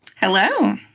Hello